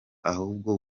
ahubwo